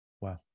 Wow